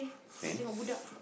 fence